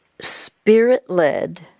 spirit-led